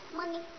Money